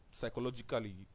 psychologically